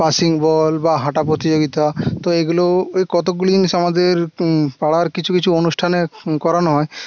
passing ball বা হাঁটা প্রতিযোগিতা তো এগুলোও এই কতোগুলি জিনিস আমাদের পাড়ার কিছু কিছু অনুষ্ঠানে করানো হয়